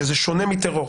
שזה שונה מטרור.